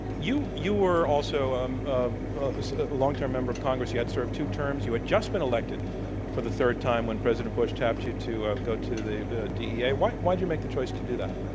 you you were also um a long term member of congress. you had served two terms. you had just been elected for the third time when president bush tapped you to ah go to the the dea. why'd why'd you make the choice to do that?